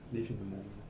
live in the moment